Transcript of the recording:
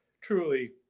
truly